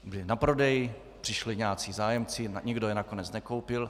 Byla na prodej, přišli nějací zájemci, nikdo je nakonec nekoupil.